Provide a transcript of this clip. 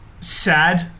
sad